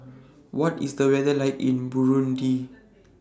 What IS The weather like in Burundi